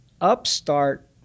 upstart